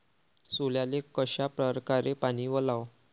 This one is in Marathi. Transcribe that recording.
सोल्याले कशा परकारे पानी वलाव?